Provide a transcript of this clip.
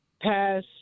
pass